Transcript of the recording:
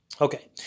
Okay